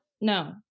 no